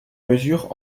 mesure